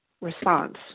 response